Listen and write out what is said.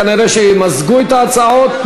וכנראה ימזגו את ההצעות.